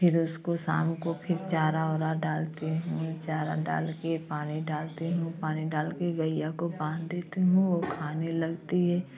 फिर उस को शाम को फिर चारा उरा डालती हूँ चारा डाल के पानी डालती हूँ पानी डाल के गईया को बाँध देती हूँ वो खाने लगती है